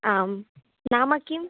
आम् नाम किं